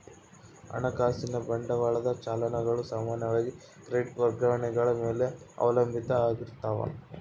ಹಣಕಾಸಿನ ಬಂಡವಾಳದ ಚಲನ್ ಗಳು ಸಾಮಾನ್ಯವಾಗಿ ಕ್ರೆಡಿಟ್ ವರ್ಗಾವಣೆಗಳ ಮೇಲೆ ಅವಲಂಬಿತ ಆಗಿರ್ತಾವ